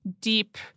deep